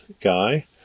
guy